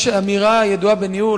יש אמירה ידועה בניהול,